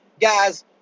Guys